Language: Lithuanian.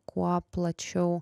kuo plačiau